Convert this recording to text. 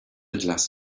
glass